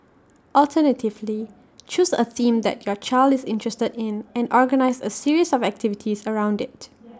alternatively choose A theme that your child is interested in and organise A series of activities around IT